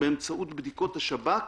באמצעות בדיקות השב"כ,